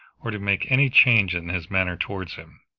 or to make any change in his manner towards him.